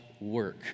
work